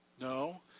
No